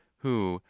who,